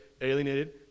alienated